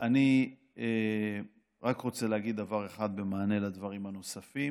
אני רק רוצה להגיד דבר אחד במענה על הדברים הנוספים.